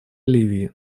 ливии